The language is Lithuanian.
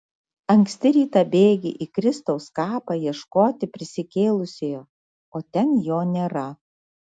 anksti ryte bėgi į kristaus kapą ieškoti prisikėlusiojo o ten jo nėra